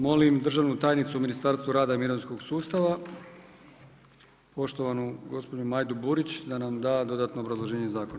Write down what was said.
Molim državnu tajnicu u Ministarstvu rada i mirovinskog sustava poštovanu gospođu Majdu Burić da nam da dodatno obrazloženje zakona.